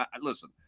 listen